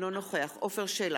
אינו נוכח עפר שלח,